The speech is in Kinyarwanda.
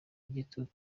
igitugu